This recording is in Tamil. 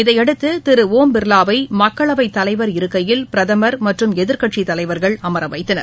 இதனையடுத்து திரு ஒம் பிர்லாவை மக்களவை தலைவர் இருக்கையில் பிரதமர் மற்றும் எதிர்கட்சித் தலைவர்கள் அமரவைத்தனர்